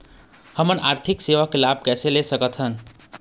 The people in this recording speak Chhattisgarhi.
हमन आरथिक सेवा के लाभ कैसे ले सकथन?